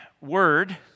word